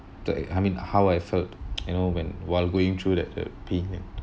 the I mean how I felt you know when while going through that the period